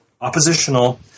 oppositional